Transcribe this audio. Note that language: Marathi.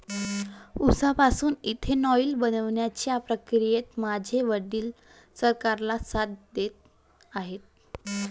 उसापासून इथेनॉल बनवण्याच्या प्रक्रियेत माझे वडील सरकारला साथ देत आहेत